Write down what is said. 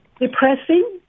depressing